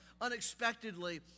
unexpectedly